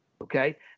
okay